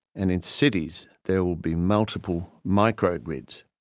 and in cities there will be multiple micro grids.